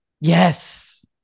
Yes